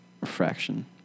refraction